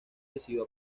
decidió